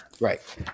Right